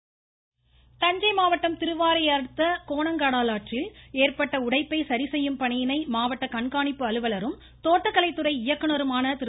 தஞ்சை ஆய்வு தஞ்சை மாவட்டம் திருவையாறை அடுத்த கோணக்கடங்கலாறில் ஏற்பட்ட உடைப்பை சரிசெய்யும் பணியினை மாவட்ட கண்காணிப்பு அலுவலரும் தோட்டக்கலைத்துறை இயக்குநருமான திரு